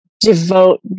devote